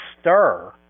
stir